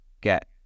get